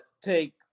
take